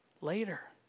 later